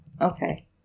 Okay